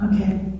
Okay